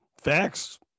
Facts